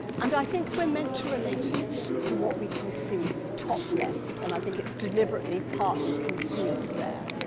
and i think we're meant to relate it to what we can see top-left, and i think it's deliberately partly concealed there.